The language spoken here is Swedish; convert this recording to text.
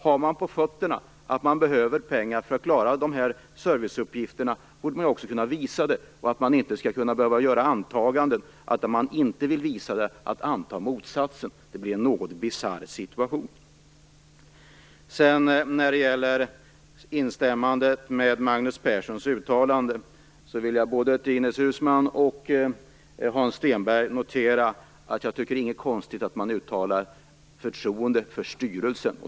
Har man på fötterna - man behöver pengar för att klara de här serviceuppgifterna - borde man också kunna visa det. Antaganden skall inte, om man inte vill visa det, behöva göras om motsatsen. Det blir då en något bisarr situation. När det gäller instämmandet i Magnus Perssons uttalande vill jag till både Ines Uusmann och Hans Stenberg säga att jag inte tycker att det är något konstigt i att man uttalar förtroende för styrelsen.